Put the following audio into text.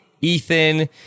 Ethan